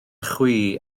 chwi